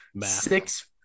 Six